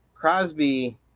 Crosby